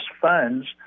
funds